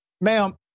Ma'am